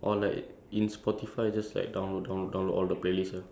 I don't eh I just download like every single song that I